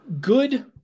good